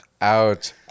Out